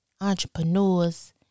entrepreneurs